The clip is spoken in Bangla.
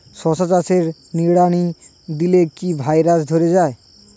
শশা চাষে নিড়ানি দিলে কি ভাইরাস ধরে যায়?